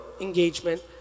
engagement